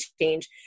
change